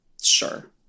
sure